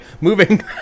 moving